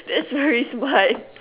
that's very smart